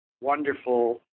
wonderful